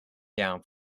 down